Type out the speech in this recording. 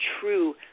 true